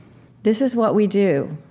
this is what we do.